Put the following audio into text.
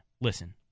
Listen